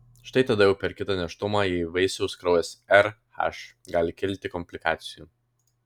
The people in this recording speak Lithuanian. štai tada jau per kitą nėštumą jei vaisiaus kraujas rh gali kilti komplikacijų